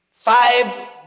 five